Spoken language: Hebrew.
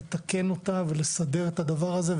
לתקן אותה ולסדר את הדבר הזה,